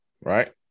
right